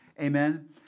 Amen